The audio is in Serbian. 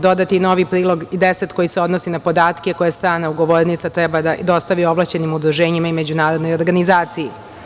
Dodat je i novi prilog 10. koji se odnosi na podatke koje strana ugovornica treba da dostavi ovlašćenim udruženjima i međunarodnoj organizaciji.